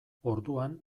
orduan